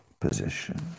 position